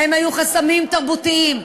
שבהם היו חסמים תרבותיים.